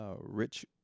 rich